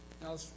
Now